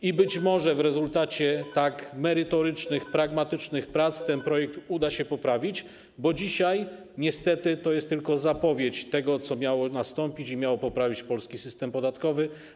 I być może w rezultacie tak merytorycznych, pragmatycznych prac ten projekt uda się poprawić, bo dzisiaj niestety jest to tylko zapowiedź tego, co miało nastąpić, by poprawić polski system podatkowy.